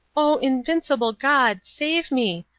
oh, invincible god, save me!